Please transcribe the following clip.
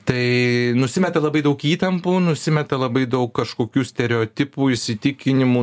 tai nusimeta labai daug įtampų nusimeta labai daug kažkokių stereotipų įsitikinimų